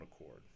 accord